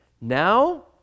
now